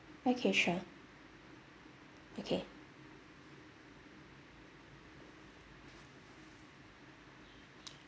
okay sure okay